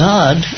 God